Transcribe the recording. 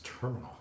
Terminal